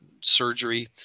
surgery